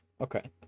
Okay